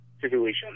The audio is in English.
situation